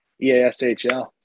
Eashl